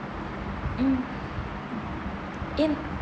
mm in